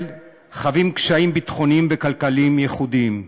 חווים קשיים ביטחוניים וכלכליים ייחודיים,